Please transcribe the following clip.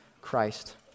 Christ